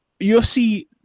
UFC